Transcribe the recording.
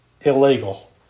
illegal